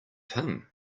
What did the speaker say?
him